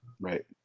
Right